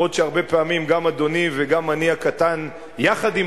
גם אם הרבה פעמים גם אדוני וגם אני הקטן יחד עם